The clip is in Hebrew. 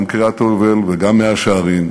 גם קריית-היובל וגם מאה-שערים,